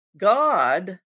God